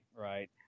right